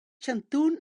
chantun